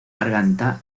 garganta